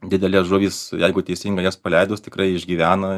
didelės žuvys jeigu teisingai jas paleidus tikrai išgyvena